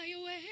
away